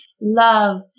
Love